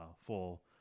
full